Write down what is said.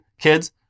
kids